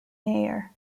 mayor